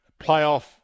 playoff